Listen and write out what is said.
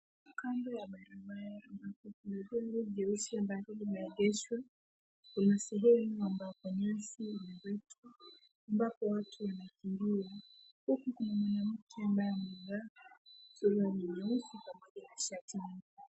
Kando ya barabara, ambapo kuna gari nyeusi, ambalo limeegeshwa. Kuna sehemu ambapo nyasi limewekwa, ambapo watu wanatembea, huku kuna mwanamke ambaye amevaa suruali nyeusi pamoja na shati nyeupe.